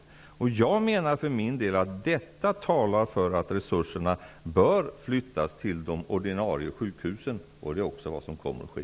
Jag menar att detta talar för att resurserna bör flyttas till de ordinarie sjukhusen, och det är vad som kommer att ske.